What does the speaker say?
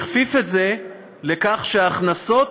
והכפיף את זה לכך שההכנסות